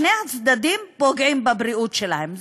שני הצדדים פוגעים בבריאות שלהם.